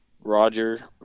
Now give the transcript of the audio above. Roger